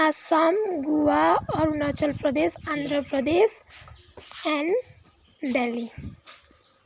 Assam Goa Arunachal Pradesh Andhra Pradesh and Delhi